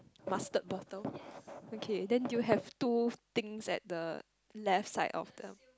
mustard bottle okay then you have two things at the left side of the